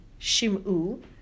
Shimu